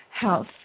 health